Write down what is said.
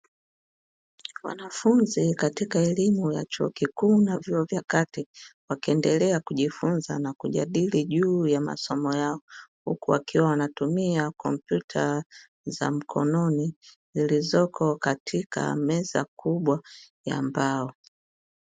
Wanafunzi katika elimu ya chuo kikuu na vyuo vya kati wakiendelea kujifunza na kujadili juu ya masomo yao, huku wakiwa wanatumia kompyuta za mkononi zilizoko katika meza kubwa ya mbao.